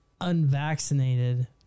unvaccinated